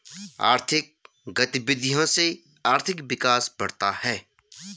आर्थिक गतविधियों से आर्थिक विकास बढ़ता है